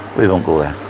we won't go there.